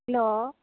hello